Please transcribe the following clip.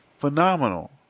phenomenal